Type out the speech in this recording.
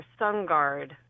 SunGuard